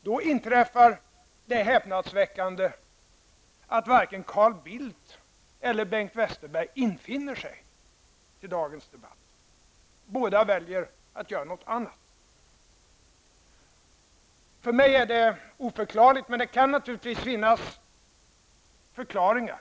Då inträffar det häpnadsväckande att varken Carl Bildt eller Bengt Westerberg infinner sig till dagens debatt. Båda väljer att göra något annat. För mig är det oförklarligt, men det kan naturligtvis finnas förklaringar.